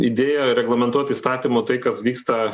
idėją reglamentuot įstatymu tai kas vyksta